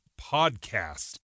Podcast